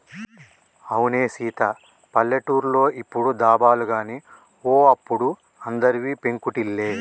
అవునే సీత పల్లెటూర్లో ఇప్పుడు దాబాలు గాని ఓ అప్పుడు అందరివి పెంకుటిల్లే